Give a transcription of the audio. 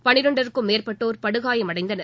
பன்னிரண்டுக்கும் மேற்பட்டோர் படுகாயமடைந்தனர்